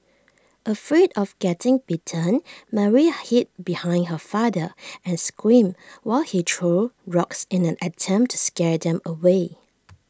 afraid of getting bitten Mary hid behind her father and screamed while he threw rocks in an attempt to scare them away